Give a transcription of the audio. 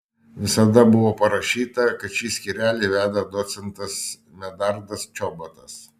visada buvo parašyta kad šį skyrelį veda docentas medardas čobotas